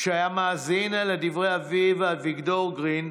כשהיה מאזין לדברי אביו, אביגדור גרין,